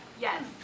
Yes